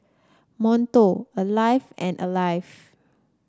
Monto Alive and Alive